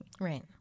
Right